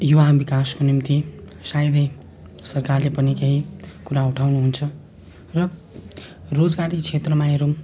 यो हाम्रो विकासको निम्ति सायदै सरकारले पनि केही कुरा उठाउनुहुन्छ र रोजगारी क्षेत्रमा हेरौँ